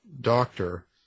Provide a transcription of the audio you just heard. doctor